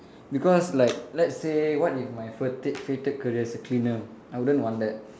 because like let's say what if my fated fated career is a cleaner I wouldn't want that